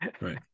Right